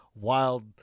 wild